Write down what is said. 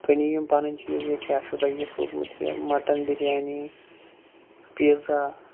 تُہۍ نِیو یِم پَنٕنۍ چیٖز کیاہ چھُ تۄہہِ سوٗزمُت یہِ مَٹن بِریانی پیٖزا